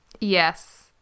Yes